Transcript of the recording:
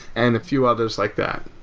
and a few others like that.